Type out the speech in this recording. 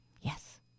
Yes